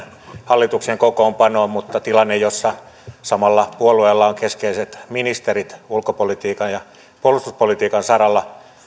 hallituksen kokoonpanoon mutta tilanne jossa samalla puolueella on keskeiset ministerit ulkopolitiikan ja puolustuspolitiikan saralla